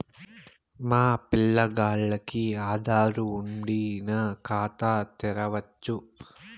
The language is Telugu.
మా పిల్లగాల్లకి ఆదారు వుండిన ఖాతా తెరవచ్చు